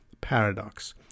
paradox